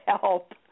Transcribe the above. help